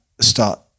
start